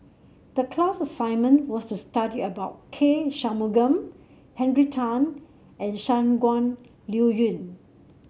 the class assignment was to study about K Shanmugam Henry Tan and Shangguan Liuyun